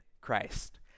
Christ